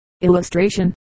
Illustration